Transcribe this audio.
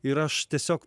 ir aš tiesiog